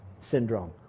syndrome